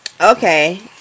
okay